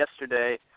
yesterday